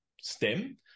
stem